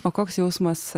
o koks jausmas